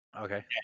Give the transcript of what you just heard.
Okay